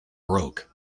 broke